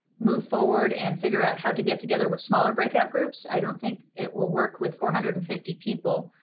move forward and figure out how to get together with smaller breakout groups, i don't think it will work with four hundred and fifty people,